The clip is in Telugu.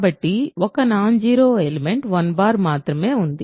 కాబట్టి ఒక నాన్ జీరో ఎలిమెంట్ 1 మాత్రమే ఉంది